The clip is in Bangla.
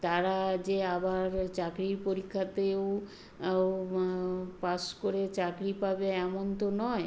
তারা যে আবার চাকরির পরীক্ষাতেও পাশ করে চাকরি পাবে এমন তো নয়